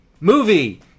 movie